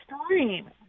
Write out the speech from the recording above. extreme